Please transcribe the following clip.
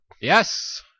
Yes